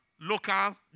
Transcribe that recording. local